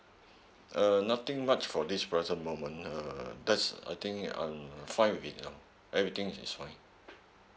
uh nothing much for this present moment uh that's I think I'm fine with um everything is fine